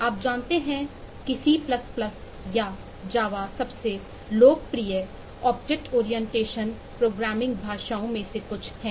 आप जानते हैं कि C या Java सबसे लोकप्रिय वस्तु ऑब्जेक्ट ओरिएंटेसन प्रोग्रामिंग भाषाओं में से कुछ हैं